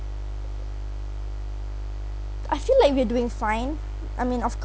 I feel like we are doing fine I mean of